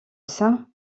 saint